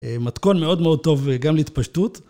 מתכון מאוד מאוד טוב גם להתפשטות.